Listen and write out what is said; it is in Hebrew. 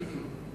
ההצבעה היא בעד,